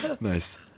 Nice